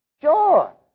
Sure